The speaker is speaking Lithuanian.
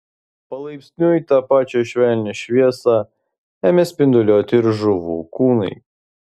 palaipsniui tą pačią švelnią šviesą ėmė spinduliuoti ir žuvų kūnai